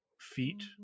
feet